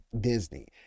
Disney